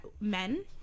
men